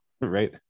right